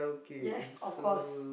yes of course